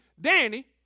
Danny